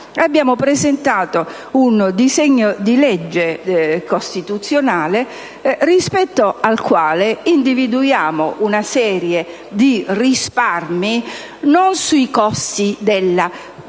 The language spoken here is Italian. razionalità un disegno di legge costituzionale rispetto al quale individuiamo una serie di risparmi, non sui costi della politica